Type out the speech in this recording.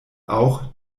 auch